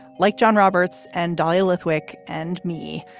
like john roberts and doyle with wick and me.